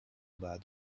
bad